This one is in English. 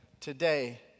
today